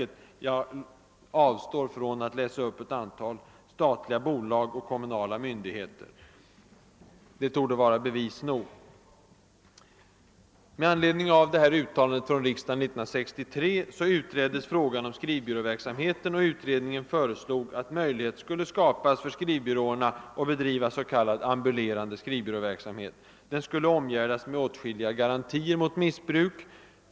Jag avstår från att läsa upp ett antal statliga bolag och kommunala myndigheter. Det sagda torde vara bevis nog. Med anledning av uttalandet av riksdagen 1963 utreddes frågan om skrivbyråverksamheten, och utredningen föreslog att möjlighet skulle skapas för skrivbyråerna att bedriva s.k. ambulerande skrivbyråverksamhet. Den skulle omgärdas med åtskilliga garantier mot missbruk.